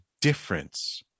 difference